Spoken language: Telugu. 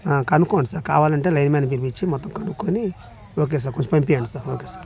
ఆ కనుక్కోండి సార్ కావాలంటే లైన్మ్యాన్ని పిలిపించి మొత్తం కనుక్కోని ఓకే సార్ కొంచెం పంపియ్యండి సార్ ఓకే సార్